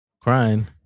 crying